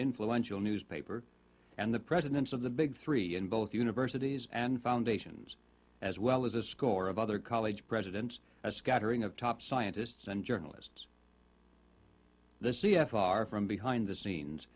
influential newspaper and the presidents of the big three and both universities and foundations as well as a score of other college presidents a scattering of top scientists and journalists the c f r from behind the scenes